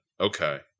okay